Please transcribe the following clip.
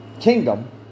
kingdom